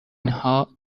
چیزا